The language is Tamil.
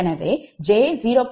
எனவே 𝑗 0